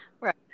Right